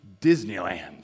Disneyland